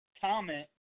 comment